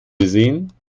gesehen